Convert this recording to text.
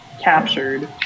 captured